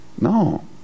No